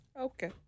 Okay